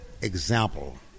example